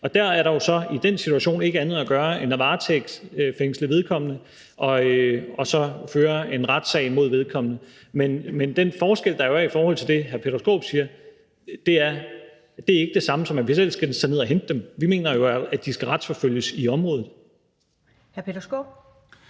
I den situation er der jo ikke andet at gøre end at varetægtsfængsle vedkommende og så føre en retssag mod vedkommende. Men der er en forskel på det, hr. Peter Skaarup nævner, og så det her, for det ikke er det samme, som at vi selv skal tage ned og hente dem. Vi mener jo, at de skal retsforfølges i området.